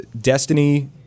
Destiny